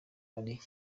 ari